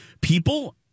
People